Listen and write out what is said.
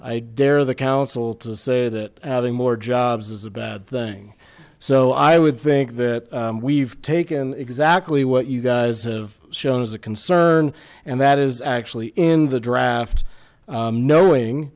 i dare the council to say that adding more jobs is a bad thing so i would think that we've taken exactly what you guys of shown as a concern and that is actually in the draft knowing